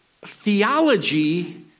theology